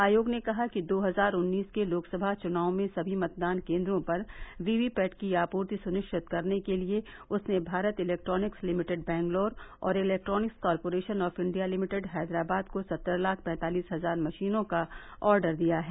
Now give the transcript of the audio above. आयोग ने कहा कि दो हजार उन्नीस के लोकसभा चुनाव में सभी मतदान केन्द्रों पर वीवीपैट की आपूर्ति सुनिश्चित करने के लिए उसने भारत इलेक्ट्रॉनिक्स लिमिटेड बंगलौर और electronics corporation of India limited Hyderabad को संत्रह लाख पैंतालिस हजार मशीनों का ऑर्डर दिया है